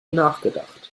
nachgedacht